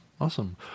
Awesome